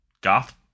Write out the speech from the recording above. goth